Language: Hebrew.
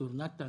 צור נתן,